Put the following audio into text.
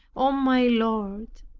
oh, my lord,